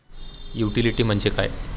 Utility म्हणजे काय?